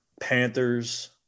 Panthers